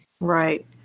Right